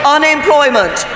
Unemployment